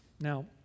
Now